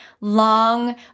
long